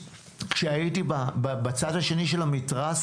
כשהייתי בצד השני של המתרס,